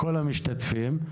לכל המשתתפים.